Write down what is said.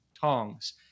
tongs